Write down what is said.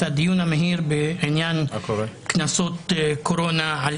הדיון המהיר בעניין קנסות קורונה על